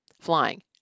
flying